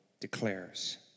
declares